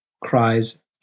cries